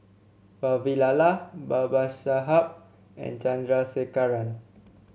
Vavilala Babasaheb and Chandrasekaran